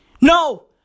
No